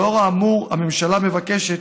לאור האמור, הממשלה מבקשת